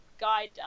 guide